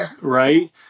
right